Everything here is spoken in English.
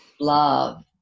love